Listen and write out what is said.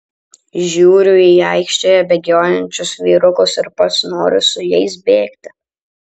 žiūriu į aikštėje bėgiojančius vyrukus ir pats noriu su jais bėgti